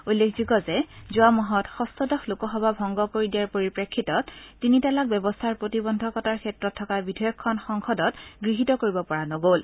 উল্লেখযোগ্য যে যোৱা মাহত য়ন্তদশ লোকসভা ভংগ কৰি দিয়াৰ পৰিপ্ৰেক্ষিতত তিনি তালাক ব্যৱস্থাৰ প্ৰতিবন্ধকতাৰ ক্ষেত্ৰত থকা বিধেয়কখন সংসদত গৃহীত কৰিব পৰা নগ'ল